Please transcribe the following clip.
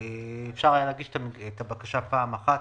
אפשר היה להגיש את הבקשה פעם אחת,